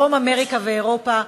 בדרום-אמריקה ובאירופה,